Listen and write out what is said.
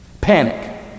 panic